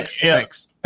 thanks